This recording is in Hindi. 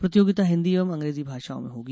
प्रतियोगिता हिन्दी एवं अंग्रेजी भाषाओं में होगी